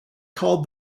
called